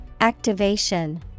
Activation